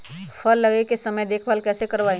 फल लगे के समय देखभाल कैसे करवाई?